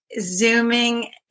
Zooming